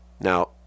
Now